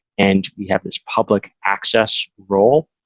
and we have this public access rule,